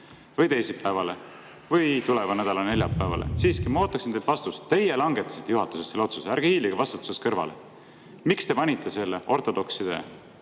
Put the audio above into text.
või teisipäevale või tuleva nädala neljapäevale. Ma siiski ootaksin teilt vastust. Teie langetasite juhatuses selle otsuse, ärge hiilige vastutusest kõrvale. Miks te panite selle [arutelu] ortodokside